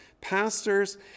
pastors